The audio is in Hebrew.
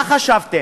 מה חשבתם?